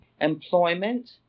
employment